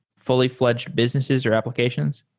fully fl edged businesses or applications?